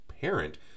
parent